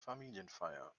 familienfeier